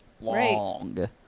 long